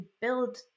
build